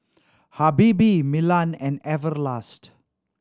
Habibie Milan and Everlast